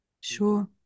Sure